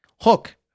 hook